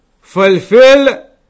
Fulfill